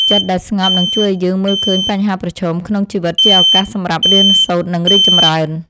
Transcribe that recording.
ចិត្តដែលស្ងប់នឹងជួយឱ្យយើងមើលឃើញបញ្ហាប្រឈមក្នុងជីវិតជាឱកាសសម្រាប់រៀនសូត្រ និង រីកចម្រើន។